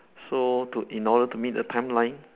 so to in order to meet the timeline